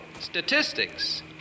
statistics